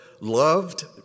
loved